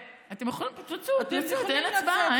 תצאו, אין הצבעה.